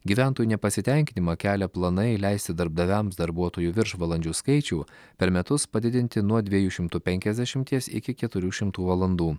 gyventojų nepasitenkinimą kelia planai leisti darbdaviams darbuotojų viršvalandžių skaičių per metus padidinti nuo dviejų šimtų penkiasdešimties iki keturių šimtų valandų